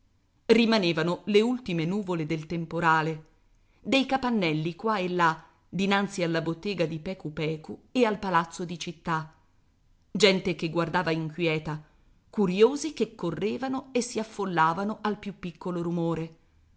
rimanevano le ultime nuvole del temporale dei capannelli qua e là dinanzi alla bottega di pecupecu e al palazzo di città gente che guardava inquieta curiosi che correvano e si affollavano al più piccolo rumore